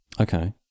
Okay